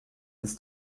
his